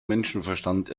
menschenverstand